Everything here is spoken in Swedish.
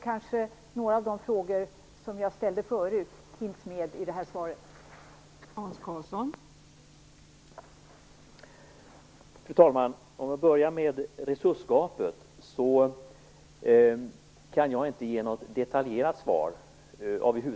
Kanske också några av de frågor som jag ställde förut kan besvaras samtidigt.